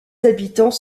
habitants